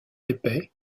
épais